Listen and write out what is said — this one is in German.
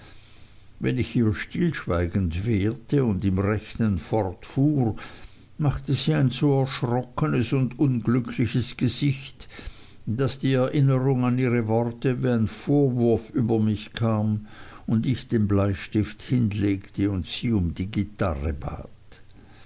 wenn ich ihr stillschweigend wehrte und im rechnen fortfuhr machte sie ein so erschrockenes und unglückliches gesicht daß die erinnerung an ihre worte wie ein vorwurf über mich kam und ich den bleistift hinlegte und sie um die gitarre bat